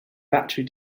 battery